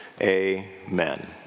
amen